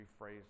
rephrase